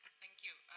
thank you.